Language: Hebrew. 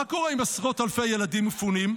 מה קורה עם עשרות אלפי ילדים מפונים?